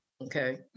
okay